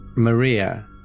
Maria